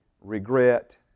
regret